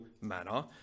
manner